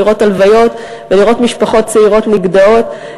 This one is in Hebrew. לראות הלוויות ולראות משפחות צעירות נגדעות.